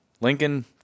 Lincoln